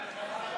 כן?